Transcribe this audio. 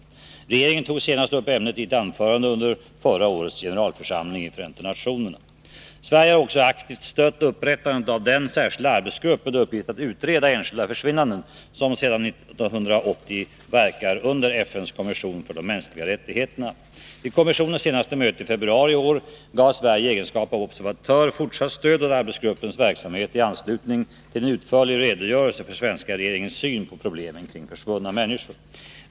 Regeringen tog senast upp ämnet i ett anförande under förra årets generalförsamling i FN. Sverige har också aktivt stött upprättandet av den särskilda arbetsgrupp med uppgift att utreda enskilda försvinnanden som sedan 1980 verkar under FN:s kommission för de mänskliga rättigheterna. Vid kommissionens senaste möte i februari i år gav Sverige i egenskap av observatör, i anslutning till en utförlig redogörelse för svenska regeringars syn på problemen kring försvunna människor, fortsatt stöd för arbetsgruppens verksamhet.